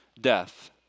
death